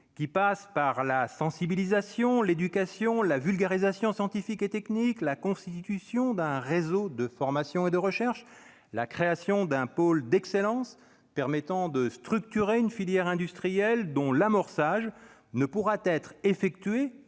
qui passe par la sensibilisation, l'éducation, la vulgarisation scientifique et technique, la constitution d'un réseau de formation et de recherche, la création d'un pôle d'excellence permettant de structurer une filière industrielle dont l'amorçage ne pourra être effectué,